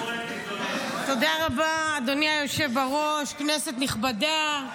תודה רבה, אדוני היושב בראש, כנסת נכבדה,